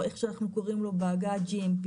או איך שאנחנו קוראים ל בעגה GMP,